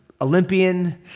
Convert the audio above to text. Olympian